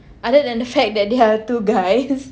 other than the fact that they are two guys